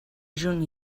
juny